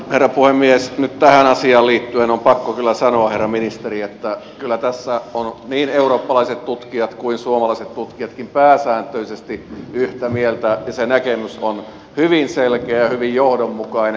nyt tähän asiaan liittyen on pakko sanoa herra ministeri että kyllä tässä ovat niin eurooppalaiset tutkijat kuin suomalaiset tutkijatkin pääsääntöisesti yhtä mieltä ja se näkemys on hyvin selkeä ja hyvin johdonmukainen